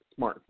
smartphone